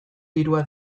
dirua